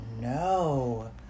no